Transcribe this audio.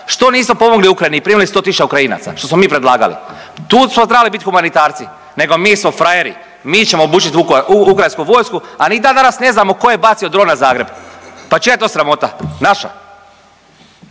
Što nismo pomogli Ukrajini i primili 100 tisuća Ukrajinaca, što smo mi predlagali? Tu smo trebali bit humanitarci, nego mi smo frajeri. Mi ćemo obučiti .../nerazumljivo/... ukrajinsku vojsku, a ni dandanas ne znamo tko je bacio dron na Zagreb. Pa čija je to sramota? Naša.